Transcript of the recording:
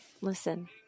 listen